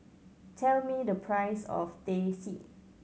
tell me the price of Teh C